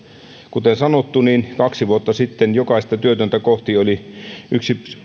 kuten sanottu niin kaksi vuotta sitten jokaista työtöntä kohti oli